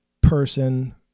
person